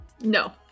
no